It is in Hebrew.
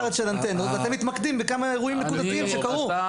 יש פריסה בכל הארץ של אנטנות ואתם מתמקדים בכמה אירועים נקודתיים שקרו,